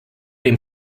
dem